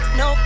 no